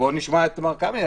בואו נשמע את מר קמיניץ.